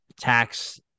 tax